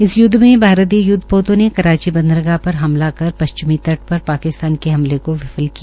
इस य्दव में भारतीय युद्धपोतों ने कराची बंदरगाह पर हमला कर पश्चिमी तट पर पाकिस्तान के हमले को विफल किया